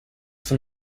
from